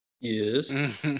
Yes